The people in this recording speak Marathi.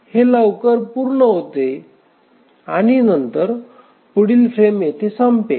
हे लवकर पूर्ण होते आणि नंतर पुढील फ्रेम येथे संपेल